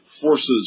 forces